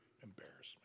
embarrassment